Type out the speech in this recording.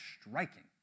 striking